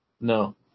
No